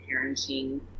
parenting